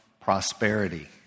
prosperity